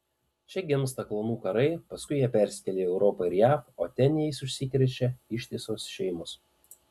čia gimsta klanų karai paskui jie persikelia į europą ir jav o ten jais užsikrečia ištisos šeimos